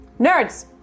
Nerds